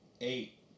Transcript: Eight